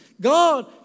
God